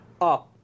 up